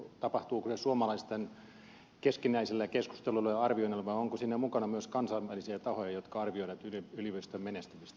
tapahtuuko se suomalaisten keskinäisellä keskustelulla ja arvioinnilla vai onko siinä mukana myös kansainvälisiä tahoja jotka arvioivat yliopiston menestymistä